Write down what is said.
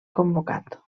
convocat